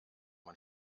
man